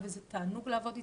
וזה תענוג לעבוד איתם.